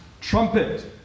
trumpet